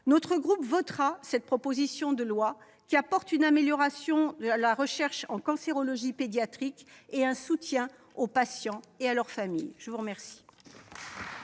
notre groupe votera cette proposition de loi qui permet une amélioration de la recherche en cancérologie pédiatrique et apporte un soutien aux patients et à leurs familles. La parole